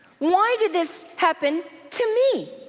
why did this happen to me?